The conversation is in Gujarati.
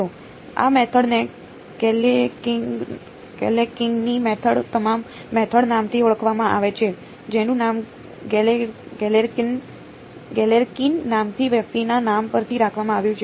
આ મેથડ ને ગેલેર્કીનની મેથડ નામથી ઓળખવામાં આવે છે જેનું નામ ગેલેર્કીન નામથી વ્યક્તિના નામ પરથી રાખવામાં આવ્યું છે